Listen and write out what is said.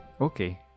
Okay